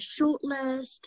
shortlist